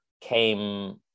came